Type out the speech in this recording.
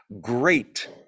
great